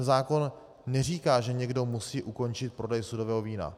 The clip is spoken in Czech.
Ten zákon neříká, že někdo musí ukončit prodej sudového vína.